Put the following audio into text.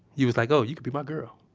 you was like, oh, you can be my girl.